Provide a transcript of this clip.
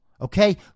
okay